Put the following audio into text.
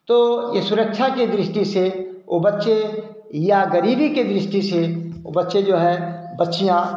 तो यह सुरक्षा की दृष्टि से वे बच्चे या गरीबी के दृष्टि से वे बच्चे जो हैं बच्चियाँ